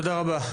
תודה רבה.